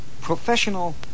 professional